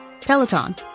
peloton